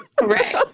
Right